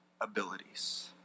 abilities